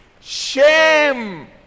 shame